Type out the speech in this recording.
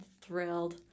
thrilled